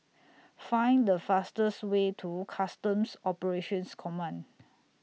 Find The fastest Way to Customs Operations Command